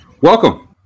Welcome